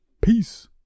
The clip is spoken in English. peace